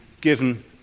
given